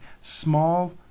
small